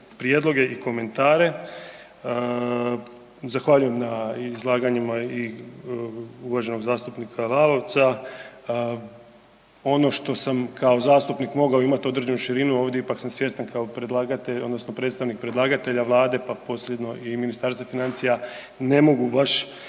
prijedloge i komentare. Zahvaljujem na izlaganjima i uvaženog zastupnika Lalovca. Ono što sam kao zastupnik mogao imat određenu širinu ovdje ipak sam svjestan kao predlagatelj odnosno predstavnik predlagatelja vlade, pa posredno i Ministarstva financija, ne mogu baš